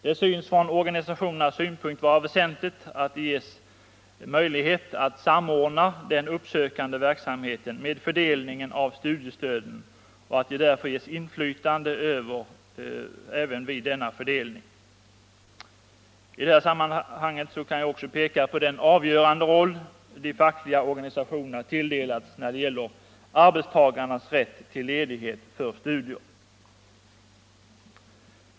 Det synes från organisationernas synpunkt vara väsentligt att de ges möjlighet att samordna den uppsökande verksamheten med fördelningen av studiestöden och att de därför ges inflytande även vid denna fördelning. I detta sammanhang kan jag också peka på den avgörande roll de fackliga organisationerna tilldelats när det gäller arbetstagarnas rätt till ledighet för studier.